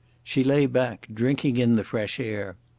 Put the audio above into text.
she lay back, drinking in the fresh air.